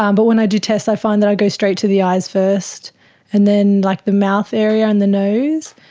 um but when i do tests i find that i go straight to the eyes first and then like the mouth area and the nose.